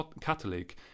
Catholic